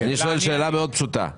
אני שואל שאלה פשוטה מאוד: